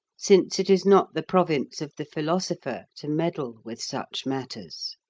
since it is not the province of the philosopher to meddle with such matters.